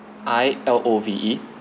I L O V E